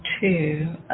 two